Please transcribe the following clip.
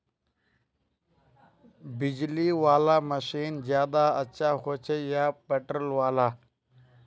बिजली वाला मशीन ज्यादा अच्छा होचे या पेट्रोल वाला?